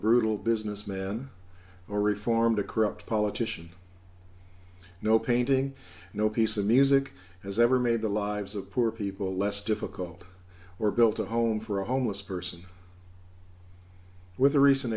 brutal businessman or reformed a corrupt politician no painting no piece of music has ever made the lives of poor people less difficult or built a home for a homeless person with a re